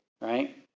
right